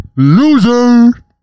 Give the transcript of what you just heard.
loser